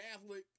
Catholic